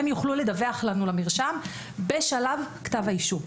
יוכל לדווח לנו למרשם בשלב כתב האישום.